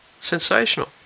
Sensational